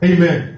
Amen